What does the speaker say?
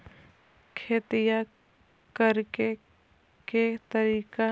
खेतिया करेके के तारिका?